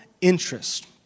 interest